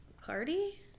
Cardi